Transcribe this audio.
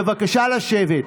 בבקשה לשבת.